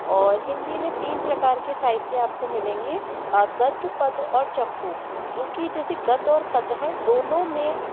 और हिन्दी में तीन प्रकार के साहित्य आपको मिलेंगे गद्य पद्य और चंपू जो की जैसे गद्य और पद्य है दोनों में